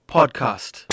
Podcast